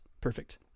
perfect